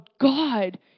God